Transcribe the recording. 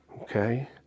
Okay